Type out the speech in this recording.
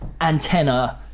antenna